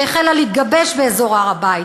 שהחלה להתגבש באזור הר-הבית.